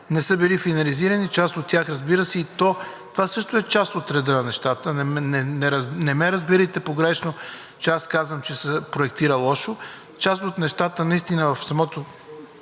не са били финализирани. Част от тях, разбира се, и това също е част от реда на нещата, не ме разбирайте погрешно, че аз казвам, че се проектира лошо, част от нещата, спецификата